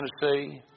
Tennessee